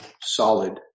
solid